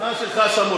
הזמן שלך שמור.